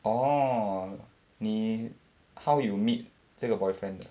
orh 你 how you meet 这个 boyfriend